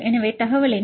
எனவே தகவல் என்ன